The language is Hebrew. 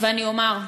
ואני אומר: